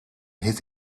his